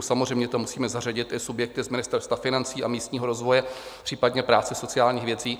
Samozřejmě tam musíme zařadit i subjekty z Ministerstva financí a místního rozvoje, případně práce a sociálních věcí.